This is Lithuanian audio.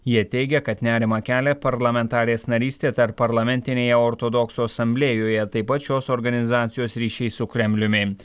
jie teigia kad nerimą kelia parlamentarės narystė tarpparlamentinėje ortodoksų asamblėjoje taip pat šios organizacijos ryšiai su kremliumi